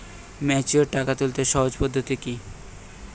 Mature টাকা তুলতে সহজ পদ্ধতি কি?